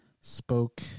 spoke